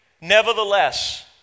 nevertheless